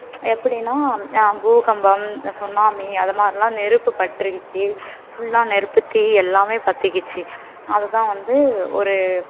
எப்படினா பூகம்பம் சுனாமி அதை மாதிரிலாம் நெருப்பு பற்றிகிச்சி ஃபுல்லாக நெருப்பு தீ எல்லாமே பற்றிக்கிச்சி அது தான் வந்து ஒரு